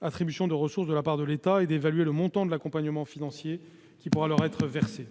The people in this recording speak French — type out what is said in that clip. attribution de ressources de la part de l'État et d'évaluer le montant de l'accompagnement financier qui pourra leur être versé.